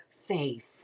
faith